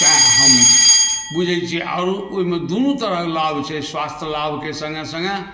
तेँ हम बुझै छिए आओर ओहिमे दुनू तरहक लाभ छै स्वास्थ्य लाभके सङ्गे सङ्गे